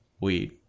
weed